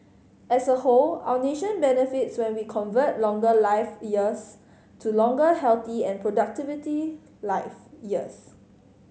as a whole our nation benefits when we convert longer life years to longer healthy and productivity life years